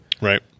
Right